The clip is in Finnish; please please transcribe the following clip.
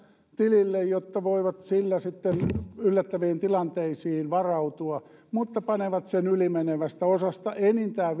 tilille jotta voivat sillä sitten yllättäviin tilanteisiin varautua mutta panevat sen yli menevästä osasta enintään